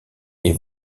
est